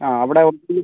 അ അവിടെ ഓഫീസില്